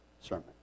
sermon